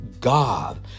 God